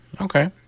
Okay